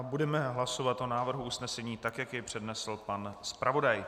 Budeme hlasovat o návrhu usnesení, tak jak jej přednesl pan zpravodaj.